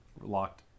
locked